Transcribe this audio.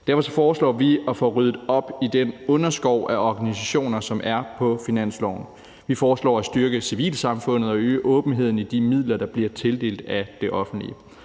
Derfor foreslår vi at få ryddet op i den underskov af organisationer, som er på finansloven. Vi foreslår at styrke civilsamfundet og øge åbenheden i de midler, der bliver tildelt af det offentlige.